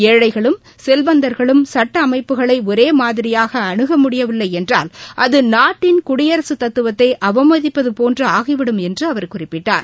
ஏழைகளும் செல்வந்தர்களும் சட்டஅமைப்புகளைஒரேமாதிரியாகஅணுகமுடியவில்லைஎன்றால் அதநாட்டன் குடியரசுத்துவத்தைஅவமதிப்பதபோன்றுஆகிவிடும் என்றுஅவர் குறிப்பிட்டார்